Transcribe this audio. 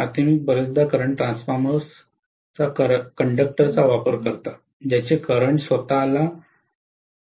प्राथमिक बर्याचदा current transformers कंडक्टरचा वापर करतात ज्यांचे करंट स्वत ला